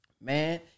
man